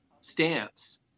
stance